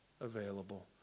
available